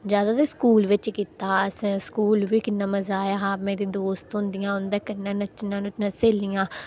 ज्यादा ते स्कूल बिच कीता हा असें स्कूल बी किन्ना मजा आया हा मेरे दोस्त होंदियां उं'दे कन्नै नच्चना नुच्चना स्हेलियां